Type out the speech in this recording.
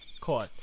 Caught